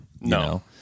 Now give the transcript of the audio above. no